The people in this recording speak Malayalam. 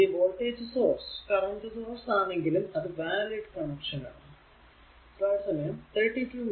ഇനി വോൾടേജ് സോഴ്സ് കറന്റ് സോഴ്സ് ആണെങ്കിലും അത് വാലിഡ് കണക്ഷൻ ആണ്